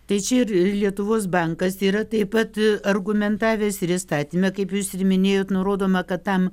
tai čia ir lietuvos bankas yra taip pat argumentavęs ir įstatyme kaip jūs ir minėjot nurodoma kad tam